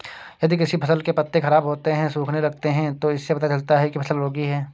यदि किसी फसल के पत्ते खराब होते हैं, सूखने लगते हैं तो इससे पता चलता है कि फसल रोगी है